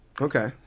Okay